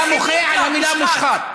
אתה מוחה על המילה "מושחת".